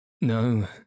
No